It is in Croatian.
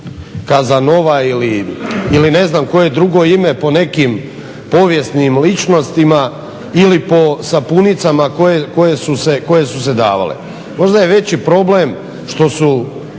Casanova ili ne znam koje drugo ime po nekim povijesnim ličnostima, ili po sapunicama koje su se davale. Možda je veći problem što su